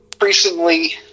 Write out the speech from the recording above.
recently